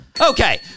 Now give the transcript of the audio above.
Okay